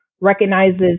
recognizes